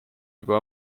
juba